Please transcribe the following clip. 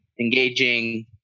engaging